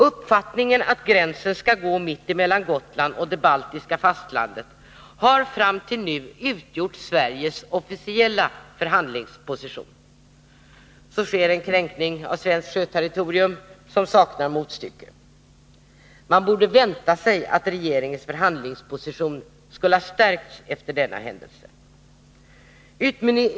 Uppfattningen att gränsen skall gå mitt emellan Gotland och det baltiska fastlandet har fram till nu utgjort Sveriges officiella förhandlingsposition. Så sker en kränkning av svenskt sjöterritorium som saknar motstycke. Man borde vänta sig att regeringens förhandlingsposition skulle ha stärkts efter denna händelse.